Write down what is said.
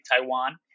Taiwan